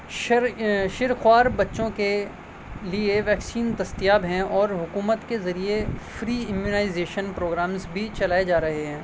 شر شیرخوار بچوں کے لیے ویکسین دستیاب ہیں اور حکومت کے ذریعے فری ایمیونائزیشن پروگرامس بھی چلائے جا رہے ہیں